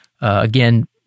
again